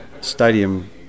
stadium